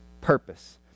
purpose